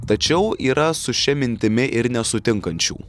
tačiau yra su šia mintimi ir nesutinkančių